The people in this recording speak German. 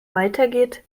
weitergeht